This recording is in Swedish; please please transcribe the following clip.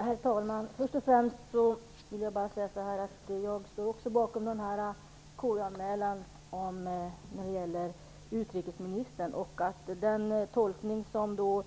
Herr talman! Först och främst vill jag säga att också jag står bakom KU-anmälan om utrikesministern. Den tolkning som